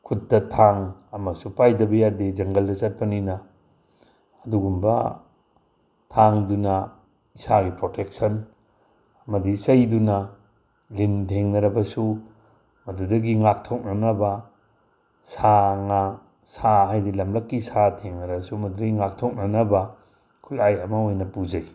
ꯈꯨꯠꯇ ꯊꯥꯡ ꯑꯃꯁꯨ ꯄꯥꯏꯗꯕ ꯌꯥꯗꯦ ꯖꯪꯒꯜꯗ ꯆꯠꯄꯅꯤꯅ ꯑꯗꯨꯒꯨꯝꯕ ꯊꯥꯡꯗꯨꯅ ꯏꯁꯥꯒꯤ ꯄ꯭ꯔꯣꯇꯦꯛꯁꯟ ꯑꯃꯗꯤ ꯆꯩꯗꯨꯅ ꯂꯤꯟ ꯊꯦꯡꯅꯔꯕꯁꯨ ꯃꯗꯨꯗꯒꯤ ꯉꯥꯛꯊꯣꯛꯅꯅꯕ ꯁꯥ ꯉꯥ ꯁꯥ ꯍꯥꯏꯗꯤ ꯂꯝꯂꯛꯀꯤ ꯁꯥ ꯊꯦꯡꯅꯔꯁꯨ ꯃꯗꯨꯗꯒꯤ ꯉꯥꯛꯊꯣꯛꯅꯅꯕ ꯈꯨꯠꯂꯥꯏ ꯑꯃ ꯑꯣꯏꯅ ꯄꯨꯖꯩ